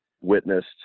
witnessed